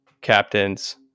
captains